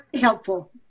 helpful